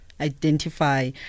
identify